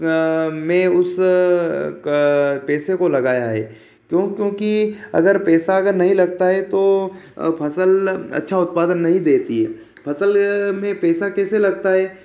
में उस पैसे को लगाया है क्यों क्योंकि पैसा अगर नहीं लगता है तो फसल अच्छा उत्पादन नहीं देती है फसल में पैसा कैसा लगता है